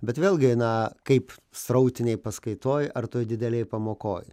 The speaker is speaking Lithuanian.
bet vėlgi na kaip srautinėj paskaitoj ar toj didelėj pamokoj